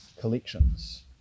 Collections